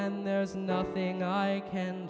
and there's nothing i can